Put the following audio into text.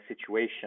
situation